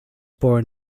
born